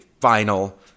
final